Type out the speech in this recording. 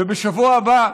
ובשבוע הבא,